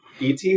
Et